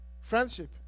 Friendship